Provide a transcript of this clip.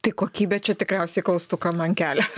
tai kokybė čia tikriausiai klaustuką man kelia